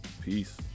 Peace